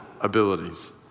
abilities